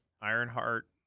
Ironheart